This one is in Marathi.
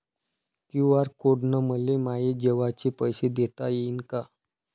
क्यू.आर कोड न मले माये जेवाचे पैसे देता येईन का?